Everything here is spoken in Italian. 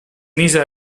mise